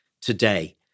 today